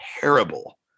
terrible